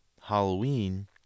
Halloween